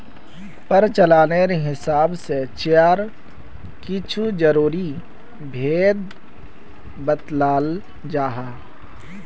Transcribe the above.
प्रचालानेर हिसाब से चायर कुछु ज़रूरी भेद बत्लाल जाहा